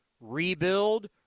rebuild